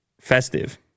festive